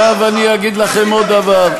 עכשיו אני אגיד לכם עוד דבר.